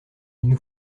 nous